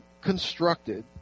constructed